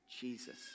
Jesus